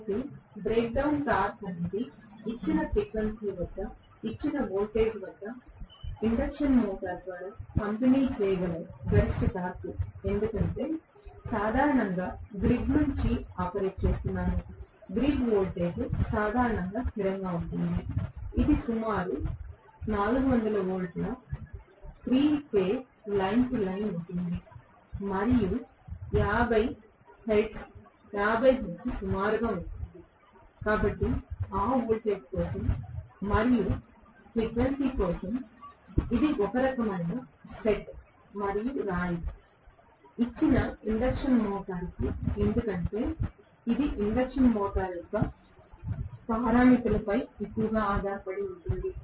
కాబట్టి breakdown torque అనేది ఇచ్చిన ఫ్రీక్వెన్సీ వద్ద ఇచ్చిన వోల్టేజ్ వద్ద ఇండక్షన్ మోటారు ద్వారా పంపిణీ చేయగల గరిష్ట టార్క్ ఎందుకంటే నేను సాధారణంగా గ్రిడ్ నుండి ఆపరేట్ చేస్తున్నాను గ్రిడ్ వోల్టేజ్ సాధారణంగా స్థిరంగా ఉంటుంది ఇది సుమారు 400 వోల్ట్ల 3 వ దశ లైన్ టు లైన్ ఉంటుంది మరియు 50 హెర్ట్జ్ 50 హెర్ట్జ్ సుమారుగా ఉంటుంది కాబట్టి ఆ వోల్టేజ్ కోసం మరియు ఫ్రీక్వెన్సీ కోసం ఇది ఒక రకమైన సెట్ మరియు రాయి ఇచ్చిన ఇండక్షన్ మోటారుకు ఎందుకంటే ఇది ఇండక్షన్ మోటర్ యొక్క పారామితులపై ఎక్కువగా ఆధారపడి ఉంటుంది